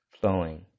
Flowing